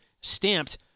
stamped